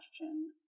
question